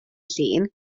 llun